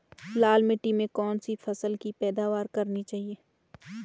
लाल मिट्टी में कौन सी फसल की पैदावार करनी चाहिए?